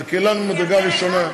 כלכלן ממדרגה ראשונה,